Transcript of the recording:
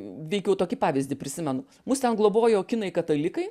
veikiau tokį pavyzdį prisimenu mus ten globojo kinai katalikai